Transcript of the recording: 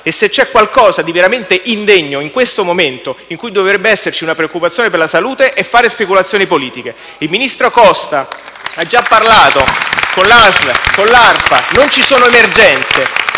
e, se c'è qualcosa di veramente indegno in questo momento in cui dovrebbe esserci una preoccupazione per la salute, è fare speculazioni politiche. *(Applausi dal Gruppo M5S)*. Il ministro Costa ha già parlato con la ASL e con l'ARPA. Non ci sono emergenze,